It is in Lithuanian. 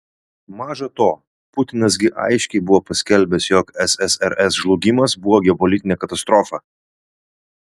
maža to putinas gi aiškiai buvo paskelbęs jog ssrs žlugimas buvo geopolitinė katastrofa